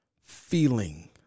feeling